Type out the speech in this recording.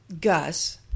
Gus